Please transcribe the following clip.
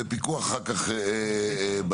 ופיקוח אחר כך בהמשך.